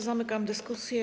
Zamykam dyskusję.